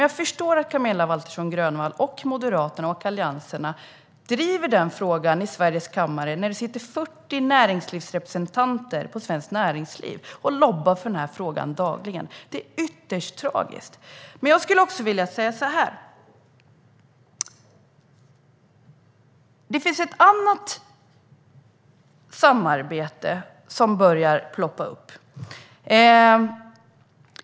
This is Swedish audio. Jag förstår dock att Camilla Waltersson Grönvall, Moderaterna och Alliansen driver frågan i riksdagens kammare när det sitter 40 näringslivsrepresentanter på Svenskt Näringsliv som dagligen lobbar för frågan. Det är ytterst tragiskt. Det finns något annat jag vill ta upp. Ett annat samarbete har börjat ploppa upp.